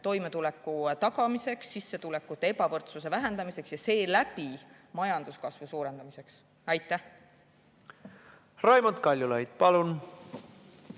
toimetuleku tagamiseks, sissetulekute ebavõrdsuse vähendamiseks ja seeläbi majanduskasvu suurendamiseks. Aitäh! Ma olen nõus,